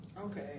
Okay